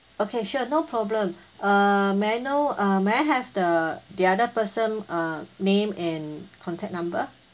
okay sure no problem uh may I know uh may have the the other person uh name and contact number